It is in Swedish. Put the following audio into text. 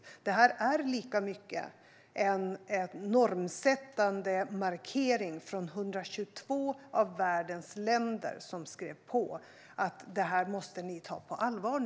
Konventionen är lika mycket en normsättande markering från 122 av världens länder, som skrivit på att kärnvapenstaterna nu måste ta denna fråga på allvar.